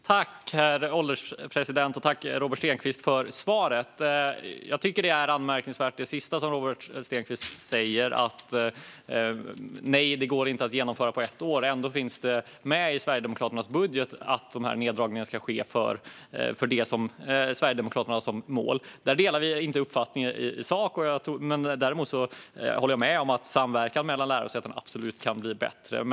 Herr ålderspresident! Tack för svaret, Robert Stenkvist! Jag tycker att det sista som Robert Stenkvist säger är anmärkningsvärt. Han säger att det inte går att genomföra på ett år, men ändå finns det med i Sverigedemokraternas budget att de här neddragningarna ska ske för att uppnå det som Sverigedemokraterna har som mål. Vi delar inte uppfattning i sak, men jag håller med om att samverkan mellan lärosäten absolut kan bli bättre.